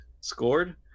scored